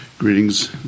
Greetings